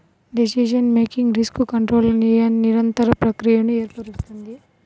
decision making risk కంట్రోల్ల నిరంతర ప్రక్రియను ఏర్పరుస్తుంది